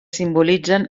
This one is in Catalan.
simbolitzen